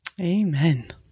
Amen